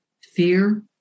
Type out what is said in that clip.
fear